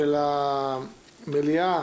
המליאה